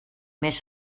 més